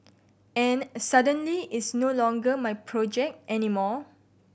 and suddenly it's no longer my project anymore